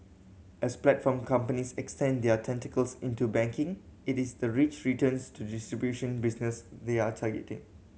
as platform companies extend their tentacles into banking it is the rich returns to the distribution business they are targeting